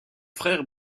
frère